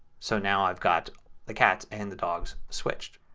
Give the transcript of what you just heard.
so now i've got the cats and the dogs switched.